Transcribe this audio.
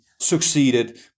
succeeded